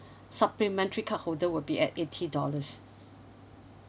supplementary card holder will be at eighty dollars